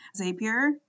Zapier